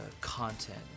content